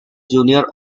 junior